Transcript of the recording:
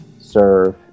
serve